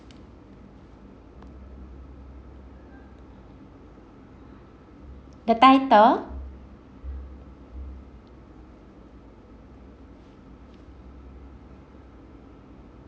the title